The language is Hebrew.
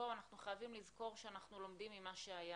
בואו, אנחנו חייבים לזכור שאנחנו לומדים ממה שהיה.